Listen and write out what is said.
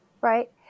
Right